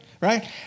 right